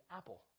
Apple